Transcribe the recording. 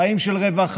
חיים של רווחה,